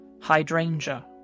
hydrangea